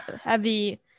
heavy